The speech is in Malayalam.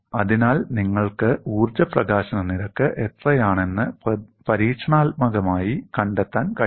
അതിനാൽ നിങ്ങൾക്ക് ഊർജ്ജ പ്രകാശന നിരക്ക് എത്രയാണെന്ന് പരീക്ഷണാത്മകമായി കണ്ടെത്താൻ കഴിയും